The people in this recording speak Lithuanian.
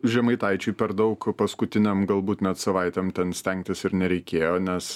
žemaitaičiui per daug paskutinėm galbūt net savaitėm ten stengtis ir nereikėjo nes